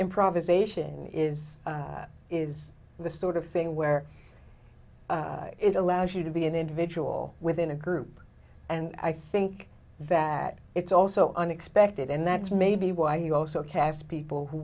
improvisation is is the sort of thing where it allows you to be an individual within a group and i think that it's also unexpected and that's maybe why you also have people who